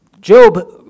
Job